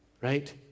right